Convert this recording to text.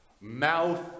mouth